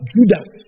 Judas